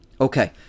Okay